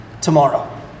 tomorrow